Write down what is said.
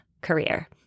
career